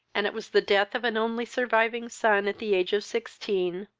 and it was the death of an only surviving son, at the age of sixteen,